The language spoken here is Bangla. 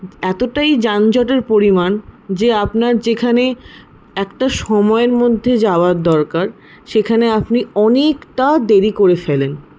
এতটাই যানজটের পরিমাণ যে আপনার যেখানে একটা সময়ের মধ্যে যাওয়ার দরকার সেখানে আপনি অনেকটা দেরি করে ফেলেন